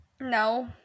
No